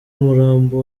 umurambo